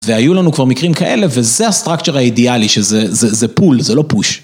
והיו לנו כבר מקרים כאלה, וזה הסטרקצ'ר האידיאלי, שזה פול, זה לא פוש.